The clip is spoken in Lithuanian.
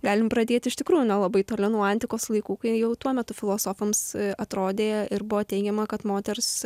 galim pradėti iš tikrųjų nuo labai toli nuo antikos laikų kai jau tuo metu filosofams atrodė ir buvo teigiama kad moters